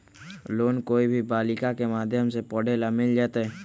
Loan कोई भी बालिका के माध्यम से पढे ला मिल जायत?